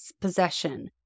possession